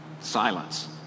Silence